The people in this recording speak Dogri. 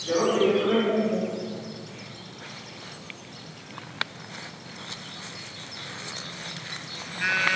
चलो दिक्खेओ तुसें ई